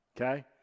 okay